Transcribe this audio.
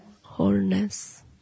wholeness